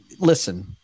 Listen